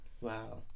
Wow